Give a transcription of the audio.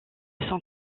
son